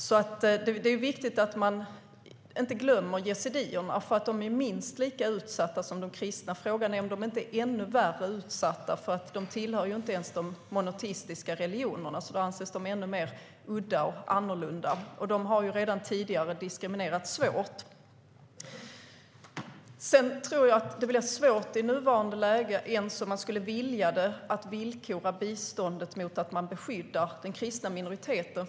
Det är viktigt att man inte glömmer yazidierna, för de är minst lika utsatta som de kristna. Frågan är om de inte är ännu värre utsatta, för deras religion tillhör inte ens de monoteistiska religionerna. Därför anses de ännu mer udda och annorlunda. De har redan tidigare diskriminerats svårt. I nuläget är det svårt att villkora biståndet med att man ska beskydda den kristna minoriteten.